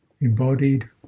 embodied